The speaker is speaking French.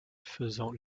faisant